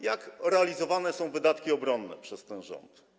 Jak realizowane są wydatki obronne przez ten rząd?